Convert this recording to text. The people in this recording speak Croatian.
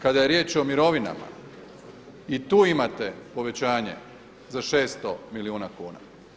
Kada je riječ o mirovinama i tu imate povećanje za 600 milijuna kuna.